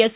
S